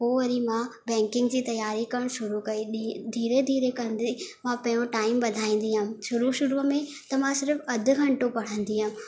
पोइ वरी मां बैंकिंग जी तयारी करण शुरु कई धीरे धीरे कंदे मां पंहिंजो टाइम वधाईंदी वयमि शुरू शुरू में त मां सिर्फ अधि घंटो पढ़ंदी हुयमि